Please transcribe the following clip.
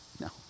no